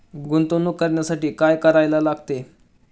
गुंतवणूक करण्यासाठी काय करायला लागते?